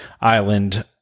Island